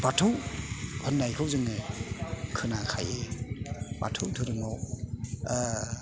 बाथौ होननायखौ जोङो खोनाखायो बाथौ धोरोमआव